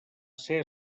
ser